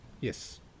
Yes